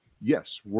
yes